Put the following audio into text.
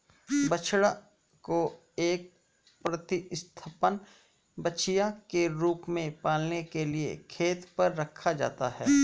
बछड़ा को एक प्रतिस्थापन बछिया के रूप में पालने के लिए खेत पर रखा जाता है